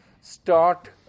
start